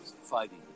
fighting